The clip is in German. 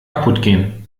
kaputtgehen